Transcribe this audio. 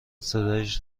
صدایش